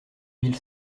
mille